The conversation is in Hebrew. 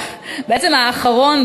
האחרון,